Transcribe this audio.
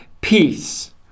peace